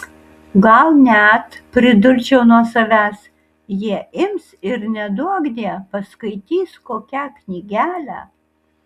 gal net pridurčiau nuo savęs jie ims ir neduokdie paskaitys kokią knygelę